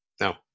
No